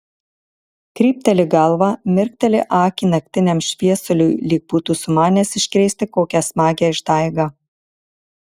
krypteli galvą mirkteli akį naktiniam šviesuliui lyg būtų sumanęs iškrėsti kokią smagią išdaigą